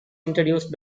introduced